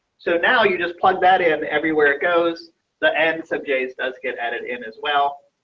so now you just plug that in everywhere. it goes the end of days does get added in as well.